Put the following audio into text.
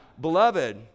Beloved